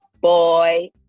boy